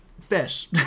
Fish